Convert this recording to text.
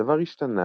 הדבר השתנה